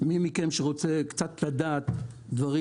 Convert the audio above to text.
ומי מכם שרוצה קצת לדעת דברים,